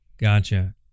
Gotcha